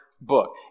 book